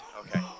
Okay